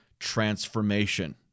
transformation